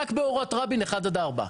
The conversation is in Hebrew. רק באורות רבין 1-4,